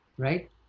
Right